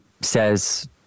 says